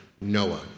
Noah